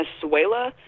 Venezuela